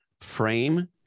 frame